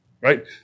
Right